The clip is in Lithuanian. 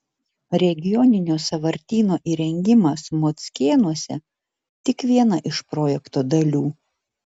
regioninio sąvartyno įrengimas mockėnuose tik viena iš projekto dalių